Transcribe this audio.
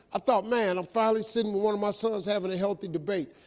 ah thought, man, i'm finally sitting with one of my sons having a healthy debate.